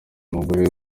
umugore